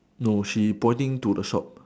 no she pointing to the shop